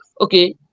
okay